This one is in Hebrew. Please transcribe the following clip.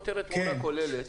כן.